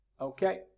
Okay